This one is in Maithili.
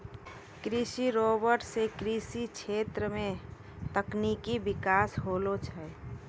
कृषि रोबोट सें कृषि क्षेत्र मे तकनीकी बिकास होलो छै